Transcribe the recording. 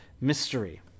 mystery